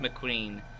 McQueen